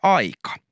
aika